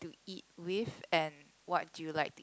eat with and what you like